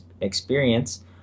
experience